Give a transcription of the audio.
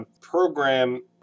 program